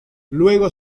luego